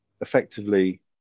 effectively